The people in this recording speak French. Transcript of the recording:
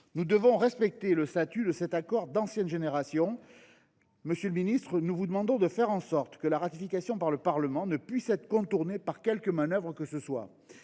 Nous devons respecter le statut de cet accord d’ancienne génération. Monsieur le ministre, nous vous demandons de faire en sorte que la ratification par le Parlement ne puisse pas être contournée par quelque manœuvre que ce soit.